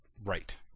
Right